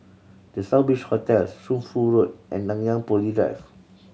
The Southbridge Hotel Shunfu Road and Nanyang Poly Drive